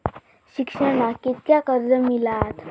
शिक्षणाक कीतक्या कर्ज मिलात?